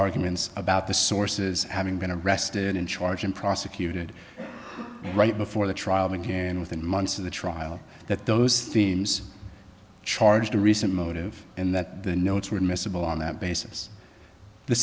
arguments about the sources having been arrested and charged and prosecuted right before the trial began within months of the trial that those themes charged a recent motive in that the notes were admissible on that basis the